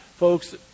Folks